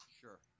Sure